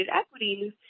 equities